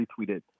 retweeted